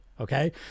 Okay